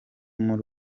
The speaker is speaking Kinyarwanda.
muri